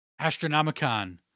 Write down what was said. Astronomicon